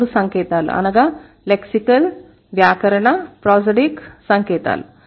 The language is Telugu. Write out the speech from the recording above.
ఈ మూడు సంకేతాలు అనగా లెక్సికల్ వ్యాకరణ ప్రోసోడిక్ సంకేతాలు